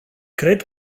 cred